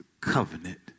covenant